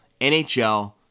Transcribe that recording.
NHL